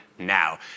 Now